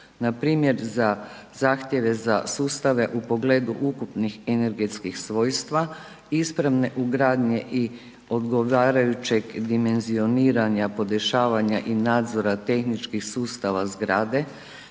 Npr. za zahtjeve za sustave u pogledu ukupnih energetskih svojstva, ispravne ugradnje i odgovarajućeg dimenzioniranja, podešavanja i nadzora tehničkih sustava zgrade